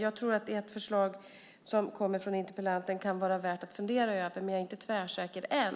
Jag tror att det förslag som kommer från interpellanten kan vara värt att fundera över, men jag är inte tvärsäker än.